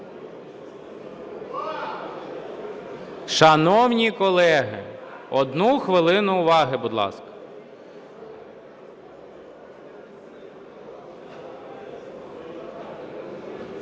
Шановні колеги, одну хвилину уваги, будь ласка.